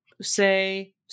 say